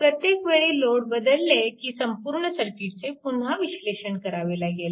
प्रत्येक वेळी लोड बदलले की संपूर्ण सर्किटचे पुन्हा विश्लेषण करावे लागेल